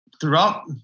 throughout